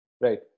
Right